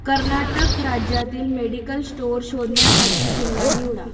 कर्नाटक राज्यातील medical store शोधण्यासाठी जिल्हा निवडा